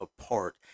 apart